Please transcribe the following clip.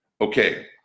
Okay